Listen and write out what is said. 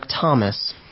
Thomas